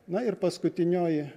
na ir paskutinioji